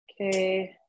Okay